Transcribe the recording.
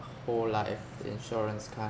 whole life insurance kind